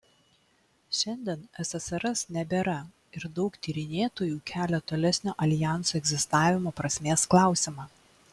šiandien ssrs nebėra ir daug tyrinėtojų kelia tolesnio aljanso egzistavimo prasmės klausimą